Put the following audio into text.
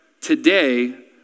today